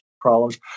problems